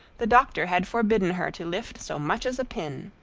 the doctor had forbidden her to lift so much as a pin!